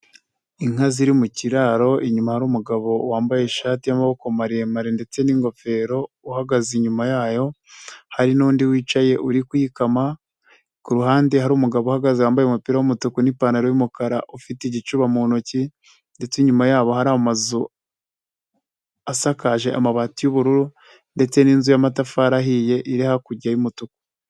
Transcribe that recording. Inka ziri mu kiraro, inyuma hari umugabo wambaye ishati y'amaboko maremare ndetse n'ingofero, uhagaze inyuma yayo. Hari n'undi wicaye uri kuyikama, ku ruhande hari umugabo uhagaze wambaye umupira w'umutuku n'ipantaro y'umukara ufite igicuba mu ntoki, ndetse inyuma yabo hari inzu isakaje amabati y'ubururu ndetse n'inzu y'amatafari ahiye, iri hakurya y'umutuku.